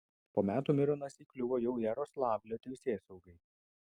po metų mironas įkliuvo jau jaroslavlio teisėsaugai